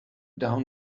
down